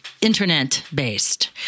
internet-based